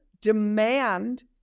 demand